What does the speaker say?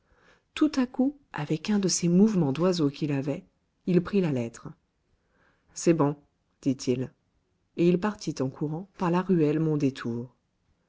tout à coup avec un de ces mouvements d'oiseau qu'il avait il prit la lettre c'est bon dit-il et il partit en courant par la ruelle mondétour